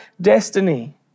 destiny